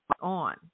on